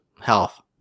health